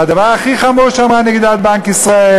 והדבר הכי חמור שאמרה נגידת בנק ישראל,